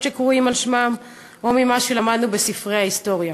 שקרויים על שמם או ממה שלמדנו בספרי ההיסטוריה.